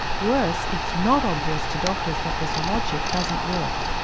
worse it's not obvious to doctors that this logic doesn't work.